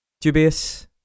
dubious